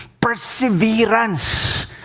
Perseverance